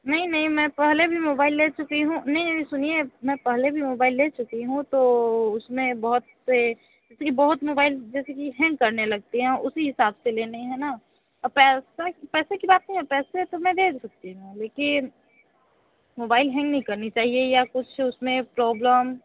नहीं नहीं मैं पहले भी मोबाइल ले चुकी हूँ नहीं नहीं सुनिए मैं पहले भी मोबाइल ले चुकी हूँ तो उसमें बहुत से बहुत मोबाइल जैसे कि हैंग करने लगते हैं उसी हिसाब से लेने है ना और पैसा कि पैसे की बात नहीं है पैसे तो मैं दे भी सकती हूँ लेकिन मोबाइल हैंग नहीं करनी चाहिए या कुछ उसमें प्रॉब्लम